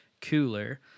cooler